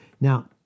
Now